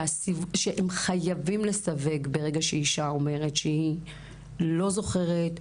שהם חייבים לסווג ברגע שאישה אומרת שהיא לא זוכרת,